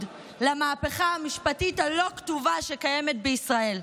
למהפכה המשפטית הלא-כתובה שקיימת בישראל,